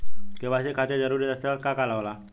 KYC खातिर जरूरी दस्तावेज का का होला?